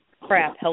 crap